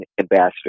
ambassador